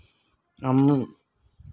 हम